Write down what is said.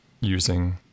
using